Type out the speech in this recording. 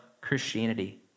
Christianity